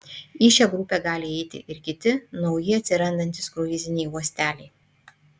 į šią grupę gali įeiti ir kiti nauji atsirandantys kruiziniai uosteliai